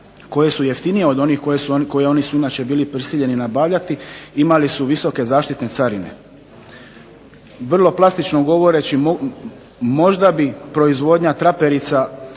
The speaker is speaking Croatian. koje su jeftinije od onih koje oni su inače bili prisiljeni nabavljati imali su visoke zaštitne carine. Vrlo plastično govoreći možda bi proizvodnja traperica